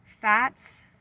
Fats